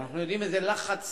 אנחנו יודעים איזה לחץ